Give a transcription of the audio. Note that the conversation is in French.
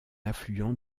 affluent